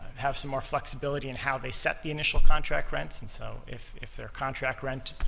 have some more flexibility in how they set the initial contract rents, and so if if their contract rent,